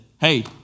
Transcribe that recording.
Hey